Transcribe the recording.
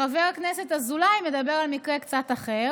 חבר הכנסת אזולאי מדבר על מקרה קצת אחר,